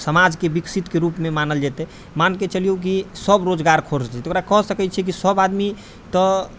समाजके विकसितके रूपमे मानल जेतै मानिके चलियौ कि सब रोजगार खोजतै ओकरा कहि सकै छियै कि सभ आदमी तऽ